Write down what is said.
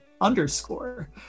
underscore